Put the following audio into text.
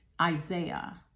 Isaiah